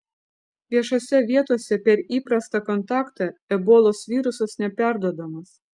viešose vietose per įprastą kontaktą ebolos virusas neperduodamas